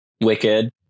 Wicked